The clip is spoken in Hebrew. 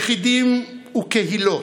יחידים וקהילות,